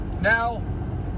Now